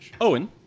Owen